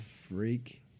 freak